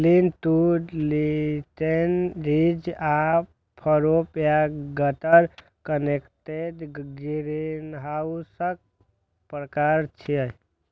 lean to detached, ridge आ furrow या gutter connected ग्रीनहाउसक प्रकार छियै